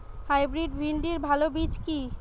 Hybrid ভিন্ডির ভালো বীজ কি?